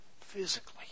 physically